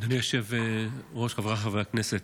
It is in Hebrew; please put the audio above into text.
אדוני היושב-ראש, חבריי חברי הכנסת,